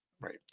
Right